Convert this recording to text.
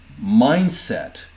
mindset